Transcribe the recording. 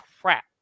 crap